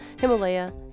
Himalaya